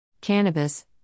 Cannabis